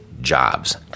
jobs